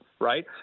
right